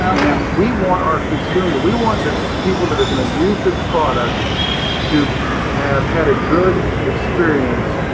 and we want our consumer, we want the people that are going to use this product to have had a good experience,